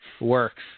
works